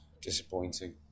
Disappointing